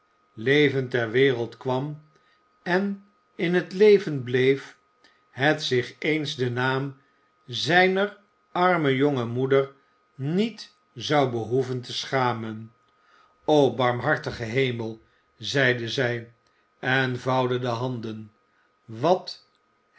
levend ter wereld kwam en in het leven bleef het zich eens den naam zijner arme jonge moeder niet zou behoeven te schamen o barmhartige hemel zeide zij en vouwde de handen wat